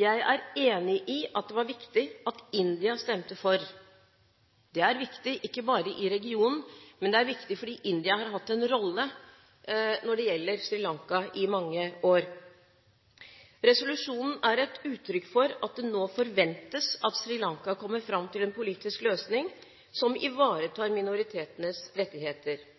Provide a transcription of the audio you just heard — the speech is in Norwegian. Jeg er enig i at det var viktig at India stemte for. Det er viktig ikke bare i regionen, men det er viktig fordi India har hatt en rolle når det gjelder Sri Lanka i mange år. Resolusjonen er et uttrykk for at det nå forventes at Sri Lanka kommer fram til en politisk løsning som ivaretar minoritetenes rettigheter.